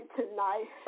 tonight